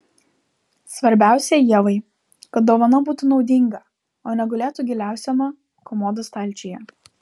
svarbiausia ievai kad dovana būtų naudinga o ne gulėtų giliausiame komodos stalčiuje